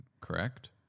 correct